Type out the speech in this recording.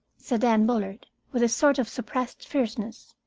said anne bullard, with a sort of suppressed fierceness.